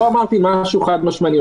לא אמרתי משהו חד-משמעי.